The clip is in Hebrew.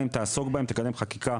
אם תעסוק בהם,